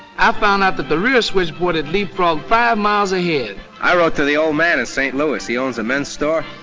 i found out that the real switch board had leap frogged five miles ahead. i wrote to the old man in st. louis, he owns a men's store.